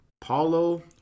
Paulo